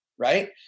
Right